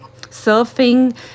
surfing